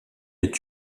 est